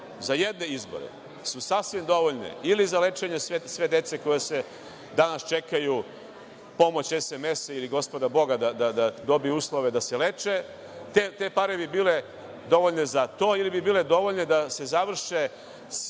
za jedne izbore su sasvim dovoljne ili za lečenje sve dece koja danas čekaju pomoć SMS-a ili Gospoda boga da dobiju uslove da se leče. Te pare bi bile dovoljne za to ili bi bile dovoljne da se završe